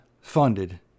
funded